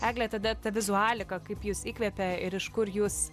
egle tada ta vizualika kaip jus įkvepia ir iš kur jūs